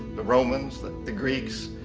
the romans, the the greeks,